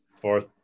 fourth –